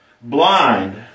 blind